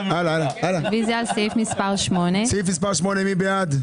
רוויזיה על סעיף מספר 8. מי בעד?